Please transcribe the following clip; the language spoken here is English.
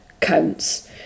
counts